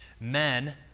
men